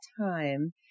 time